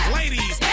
ladies